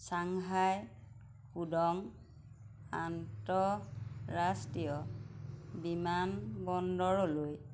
Shanghai Pudong আন্তঃৰাষ্ট্ৰীয় বিমানবন্দৰলৈ